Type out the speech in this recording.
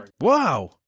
Wow